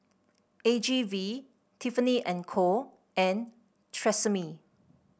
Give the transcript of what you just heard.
A G V Tiffany And Co and Tresemme